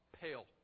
pale